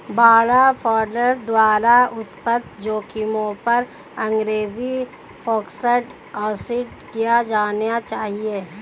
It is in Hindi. बाड़ा फंड्स द्वारा उत्पन्न जोखिमों पर अंग्रेजी फोकस्ड ऑडिट किए जाने चाहिए